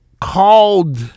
called